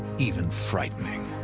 even frightening.